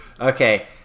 okay